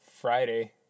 friday